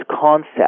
concept